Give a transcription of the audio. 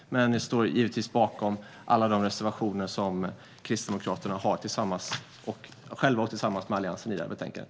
Vi står givetvis bakom alla de reservationer som Kristdemokraterna har själva och tillsammans med Alliansen i betänkandet.